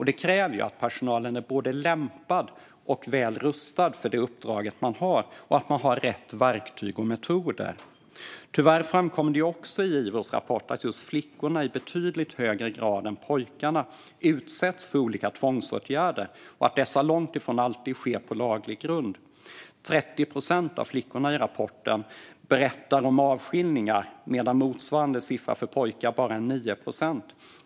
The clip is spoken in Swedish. Det kräver att personalen är både lämpad och väl rustad för det uppdrag man har och har rätt verktyg och metoder. Tyvärr framkommer det också i Ivos rapport att just flickor i betydligt högre grad än pojkar utsätts för olika tvångsåtgärder och att dessa långt ifrån alltid sker på laglig grund. 30 procent av flickorna i rapporten berättar om avskiljningar medan motsvarande siffra för pojkar är 9 procent.